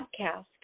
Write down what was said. podcast